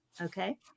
okay